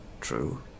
True